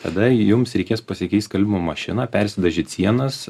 tada jums reikės pasikeist skalbimo mašina persidažyt sienas